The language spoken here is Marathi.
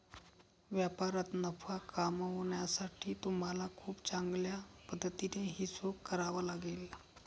व्यापारात नफा कमावण्यासाठी तुम्हाला खूप चांगल्या पद्धतीने हिशोब करावा लागेल